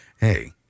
hey